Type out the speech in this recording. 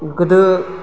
गोदो